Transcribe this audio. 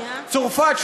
צרפת,